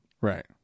Right